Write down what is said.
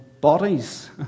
bodies